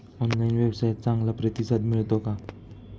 Online व्यवसायात चांगला प्रतिसाद मिळतो का?